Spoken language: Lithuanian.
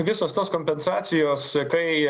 visos tos kompensacijos kai